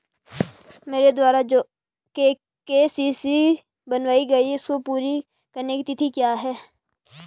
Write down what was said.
मेरे द्वारा जो के.सी.सी बनवायी गयी है इसको पूरी करने की तिथि क्या है?